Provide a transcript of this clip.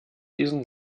diesen